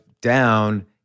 down